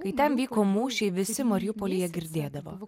kai ten vyko mūšiai visi mariupolyje girdėdavo